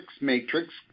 matrix